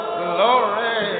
glory